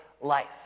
life